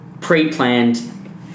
pre-planned